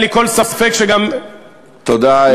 ואין לי כל ספק שגם, תודה.